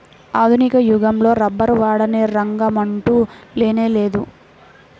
ఆధునిక యుగంలో రబ్బరు వాడని రంగమంటూ లేనేలేదు